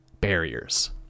barriers